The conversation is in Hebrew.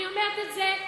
אני אומרת את זה,